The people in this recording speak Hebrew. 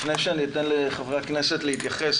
לפני שאתן לחברי הכנסת להתייחס,